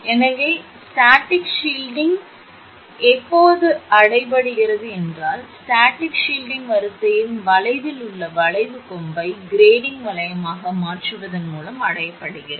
எனவே static shielding எப்போது அடைய படுகிறது என்றால் ஸ்டாடிக் ஷில்ட்டிங் வரிசையின் வளைவில் உள்ள வளைவு கொம்பை கிரேடிங் வளையமாக மாற்றுவதன் மூலம் அடையப்படுகிறது